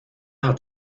hat